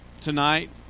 tonight